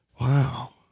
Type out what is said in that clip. Wow